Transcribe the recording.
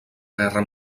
guerra